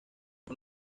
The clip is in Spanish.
con